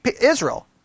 Israel